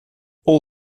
all